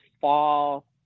fall